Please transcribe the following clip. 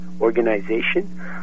organization